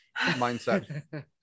mindset